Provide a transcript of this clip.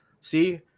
See